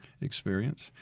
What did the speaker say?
experience